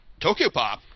Tokyopop